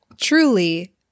truly